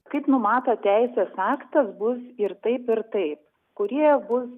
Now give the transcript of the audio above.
kaip numato teisės aktas bus ir taip ir taip kurie bus